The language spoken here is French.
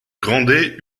grandet